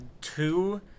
two